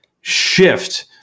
shift